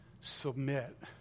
submit